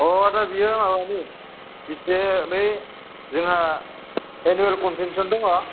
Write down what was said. अ आदा बेयो माबानि इसे बै जोंहा एनुवेल कनभेन्स'न दङ